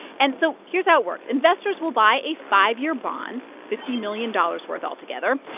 and so here's how it works. investors will buy a five-year bond fifty million dollars worth altogether.